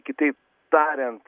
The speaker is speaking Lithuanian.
kitaip tariant